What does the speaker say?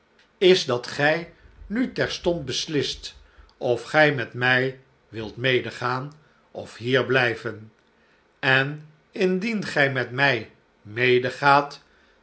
is dat gij nu terstond beslist of gij met mij wilt medegaan of hier blijven en indiengijmet mij medegaat